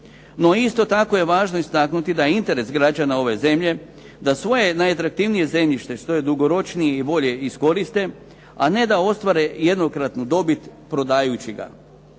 No isto tako je važno istaknuti da je interes građana ove zemlje da svoje najatraktivnije zemljište što je dugoročnije i bolje iskoriste a ne da ostvare jednokratnu dobit prodajući ga.